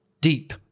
Deep